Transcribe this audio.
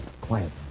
Quiet